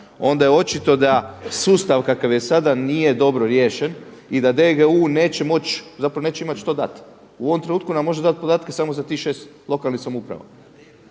onda je očito da sustav kakav je sada nije dobro riješen i da DGU neće moći, zapravo neće imati šta dati. U ovom trenutku nam može dati podatke za samo tih 6 lokalnih samouprava.